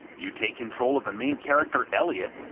you take control of the main character eliot,